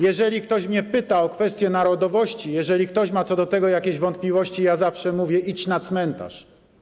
Jeżeli ktoś mnie pyta o kwestię narodowości, jeżeli ktoś ma co do tego jakieś wątpliwości, zawsze mówię: idź na cmentarz.